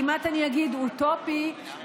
אני אגיד כמעט אוטופי,